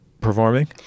performing